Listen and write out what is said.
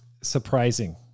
surprising